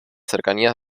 cercanías